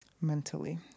Mentally